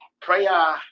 prayer